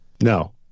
No